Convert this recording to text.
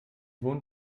wohnt